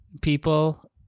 people